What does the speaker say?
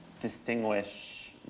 distinguish